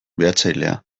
behatzailea